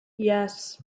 yes